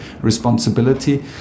responsibility